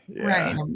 Right